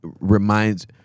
reminds